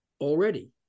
already